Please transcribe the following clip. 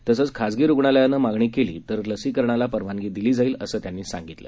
तसंच खाजगी रुग्णालयानं मागणी केली तर लसीकरणाला परवानगी दिली जाईल असं ते म्हणाले